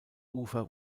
ufer